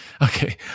okay